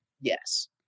yes